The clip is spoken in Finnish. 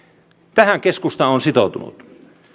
tähän keskusta on sitoutunut